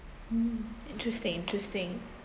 interesting interesting